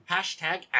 Hashtag